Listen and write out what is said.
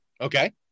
Okay